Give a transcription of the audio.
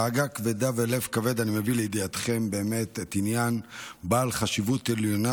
בדאגה כבדה ובלב כבד אני מביא לידיעתכם באמת את העניין בעל החשיבות העליונה